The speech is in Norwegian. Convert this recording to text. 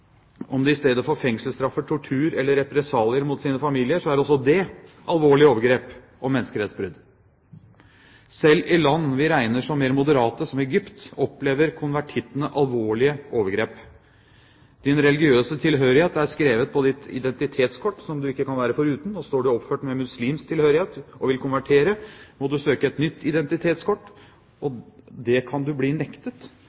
om de i stedet får fengselsstraffer, tortur eller represalier mot sine familier, er også det alvorlige overgrep og menneskerettsbrudd. Selv i land vi regner som mer moderate, som Egypt, opplever konvertittene alvorlige overgrep. Din religiøse tilhørighet er skrevet på ditt identitetskort, som du ikke kan være foruten. Står du oppført med muslimsk tilhørighet og vil konvertere, må du søke om nytt identitetskort.